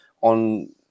on